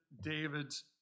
David's